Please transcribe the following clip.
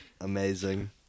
Amazing